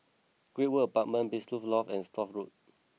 Great World Apartments Blissful Loft and Stores Road